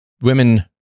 Women